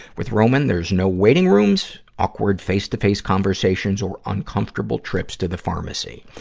with roman, there's no waiting rooms, awkward face-to-face conversations, or uncomfortable trips to the pharmacy.